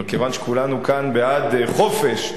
וכיוון שכולנו כאן בעד חופש,